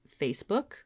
Facebook